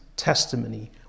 testimony